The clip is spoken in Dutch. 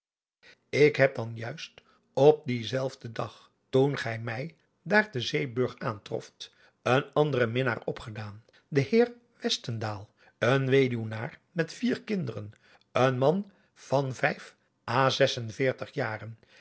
ik heb dan juist op dienselfden dag toen gij mij daar te zeeburg aantroft een anderen minnaar opgedaan den heer westendaal een weduwenaar met vier kinderen een man van vijf a zes-en-veertig jaren